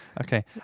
Okay